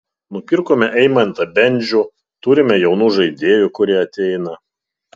nupirkome eimantą bendžių turime jaunų žaidėjų kurie ateina